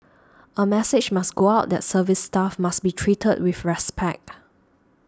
a message must go out that service staff must be treated with respect